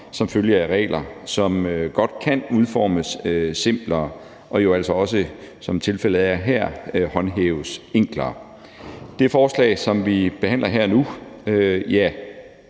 som følge af regler, som godt kan udformes simplere, og som jo, som tilfældet er her, altså også kan håndhæves enklere. Det forslag, som vi behandler her og